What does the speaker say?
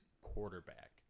quarterback